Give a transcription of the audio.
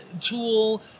tool